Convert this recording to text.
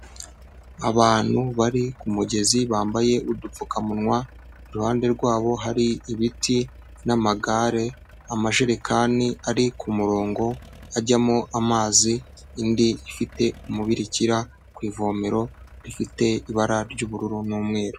Abantu bari ku mugezi, bambaye udupfukamunwa, iruhande rwabo, hari ibiti n'amagare, amajerekani ari ku murongo ajyamo amazi, indi ifite umubirikira ku ivomero, rifite ibara ry'ubururu n'umweru.